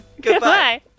Goodbye